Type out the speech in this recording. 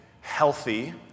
healthy